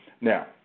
Now